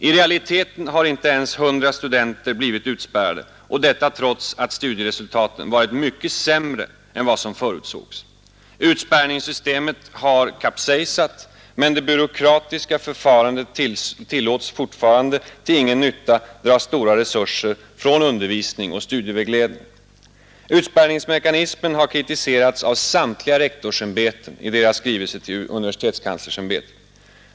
I realiteten har inte ens 100 studenter blivit utspärrade, och detta trots att studieresultaten varit mycket sämre än vad som förutsågs. Utspärrningssystemet har helt kapsejsat, men det byråkratiska förfarandet tillåts fortfarande till ingen nytta dra stora resurser från undervisning och studievägledning. Utspärrningsmekanismen har kritiserats av samtliga rektorsämbeten i deras skrivelse till universitetskanslersämbetet.